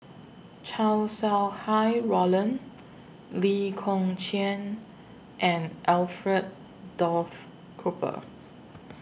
Chow Sau Hai Roland Lee Kong Chian and Alfred Duff Cooper